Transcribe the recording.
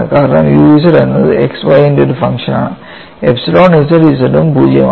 കാരണം u z എന്നത് x y ന്റെ ഒരു ഫംഗ്ഷനാണ് എപ്സിലോൺ zz ഉം 0 ആണ്